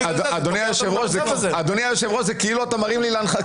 אדוני היושב-ראש, זה כאילו אתה מרים לי להנחתה.